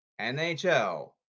NHL